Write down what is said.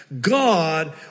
God